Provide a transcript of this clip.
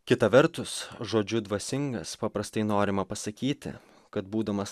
kita vertus žodžiu dvasingas paprastai norima pasakyti kad būdamas